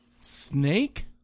Snake